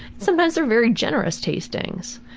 sometimes they're very generous tastings.